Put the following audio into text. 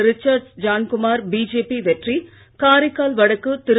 ரிச்சர்ட்ஸ்ஜான்குமார் BJP வெற்றி காரைக்கால்வடக்கு திரு